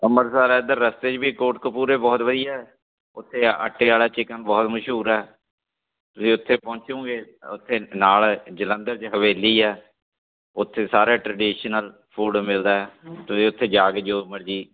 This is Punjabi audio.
ਅੰਮ੍ਰਿਤਸਰ ਇੱਧਰ ਰਸਤੇ 'ਚ ਵੀ ਕੋਟਕਪੂਰੇ ਬਹੁਤ ਵਧੀਆ ਉੱਥੇ ਆਟੇ ਵਾਲਾ ਚਿਕਨ ਬਹੁਤ ਮਸ਼ਹੂਰ ਹੈ ਤੁਸੀਂ ਉੱਥੇ ਪਹੁੰਚੋਂਗੇ ਉੱਥੇ ਨਾਲ ਜਲੰਧਰ 'ਚ ਹਵੇਲੀ ਆ ਉੱਥੇ ਸਾਰੇ ਟਰਡੀਸ਼ਨਲ ਫੂਡ ਮਿਲਦਾ ਤੁਸੀਂ ਉੱਥੇ ਜਾ ਕੇ ਜੋ ਮਰਜ਼ੀ